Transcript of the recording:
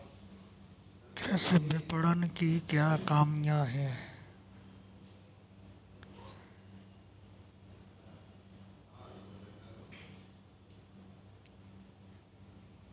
कृषि विपणन की क्या कमियाँ हैं?